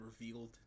revealed